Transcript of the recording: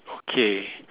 okay